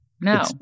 No